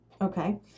Okay